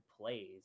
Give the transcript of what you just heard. plays